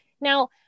Now